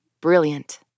Brilliant